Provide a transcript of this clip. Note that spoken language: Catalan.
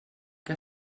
que